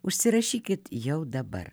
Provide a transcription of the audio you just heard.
užsirašykit jau dabar